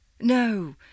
No